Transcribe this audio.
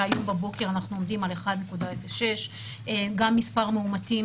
הבוקר אנחנו עומדים על 1.06. גם מספר המאומתים